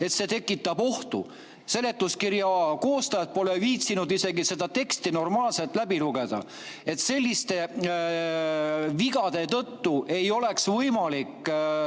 et see tekitab ohtu. Seletuskirja koostajad pole viitsinud isegi seda teksti normaalselt läbi lugeda. Selliste vigade tõttu ei ole võimalik